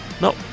No